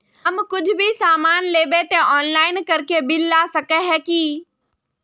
हम कुछ भी सामान लेबे ते ऑनलाइन करके बिल ला सके है की?